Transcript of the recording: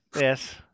yes